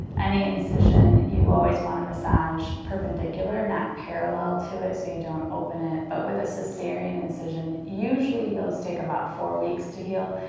any incision, you always wanna massage perpendicular, not parallel to it, so you don't open it. but with a so caesarian incision, usually those take about four weeks to heal.